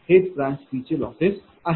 हेच ब्रांच 3चे लॉसेस आहेत